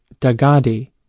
Dagadi